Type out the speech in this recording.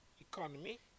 Economy